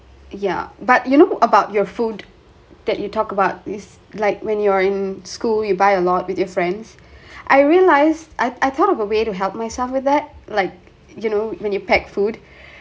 yeah but you know about your food that you talk about is like when you're in school you buy a lot with your friends I realised I I thought of a way to help myself with that like you know when you pack food